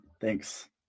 Thanks